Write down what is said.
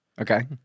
Okay